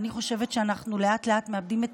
אני חושבת שאנחנו לאט-לאט מאבדים את